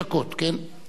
אוקיי.